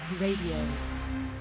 Radio